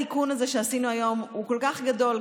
התיקון הזה שעשינו היום כל כך גדול,